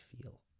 feel